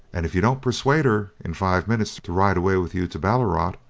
and if you don't persuade her in five minutes to ride away with you to ballarat,